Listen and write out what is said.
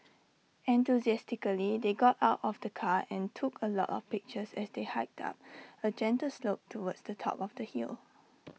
enthusiastically they got out of the car and took A lot of pictures as they hiked up A gentle slope towards the top of the hill